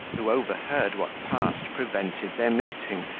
who overheard what passed, prevented their meeting,